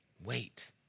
Wait